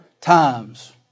times